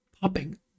popping